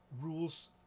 rules